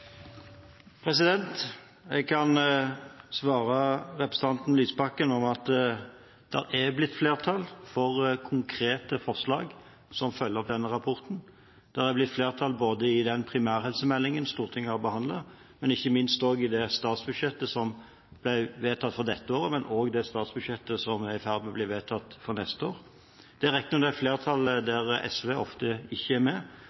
blitt flertall for konkrete forslag som følger opp denne rapporten. Det er blitt flertall både i primærhelsemeldingen Stortinget har behandlet, og ikke minst i statsbudsjettet som ble vedtatt for dette året, og også i statsbudsjettet som vil bli vedtatt for neste år. Det er riktignok et flertall der SV ikke er med.